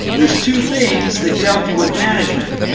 there's two things that can help you with management.